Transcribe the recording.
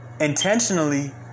intentionally